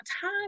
time